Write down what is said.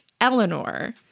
Eleanor